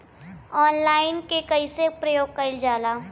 Online के कइसे प्रयोग कइल जाला?